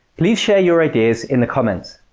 please share your ideas in the comments!